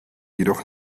jedoch